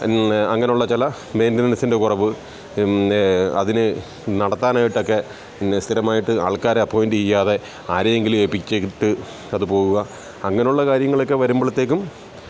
അങ്ങനെയുള്ള ചില മെയിൻ്റനൻസിൻ്റെ കുറവ് നേ അതിന് നടത്താനായിട്ടൊക്കെ സ്ഥിരമായിട്ട് ആൾക്കാരെ അപോയിൻ്റ് ചെയ്യാതെ ആരെയെങ്കിലും ഏല്പിച്ചിട്ട് അത് പോവുക അങ്ങനെയുള്ള കാര്യങ്ങളൊക്കെ വരുമ്പോഴത്തേക്കും അത്